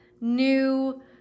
new